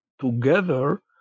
together